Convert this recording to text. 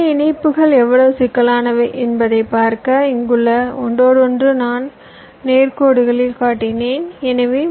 எனவே இடைப் பிணைப்புகள் நேர் கோடுகளால் காட்டப்பட்டுள்ளன மற்றும் இணைப்புகள் சிக்கலானவை ஆகும்